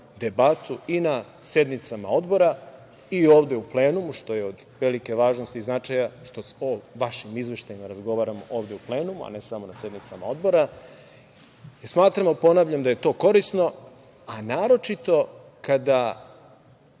debatu, i na sednicama odbora i ovde u plenumu, što je od velike važnosti i značaja, što o vašim izveštajima razgovaramo i ovde u plenumu, a ne samo na sednicama odbora. Ponavljam, smatramo da je to korisno, a naročito kada